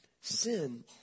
sin